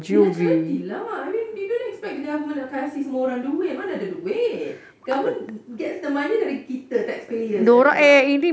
iya lah charity lah I mean they don't expect the government nak kasih semua orang duit mana ada duit government gets the money dari kita taxpayers as well